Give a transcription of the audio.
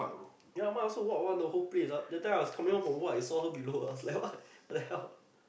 ya mine also walk [one] the whole place ah that time I was coming home from work I saw her below I was like what the hell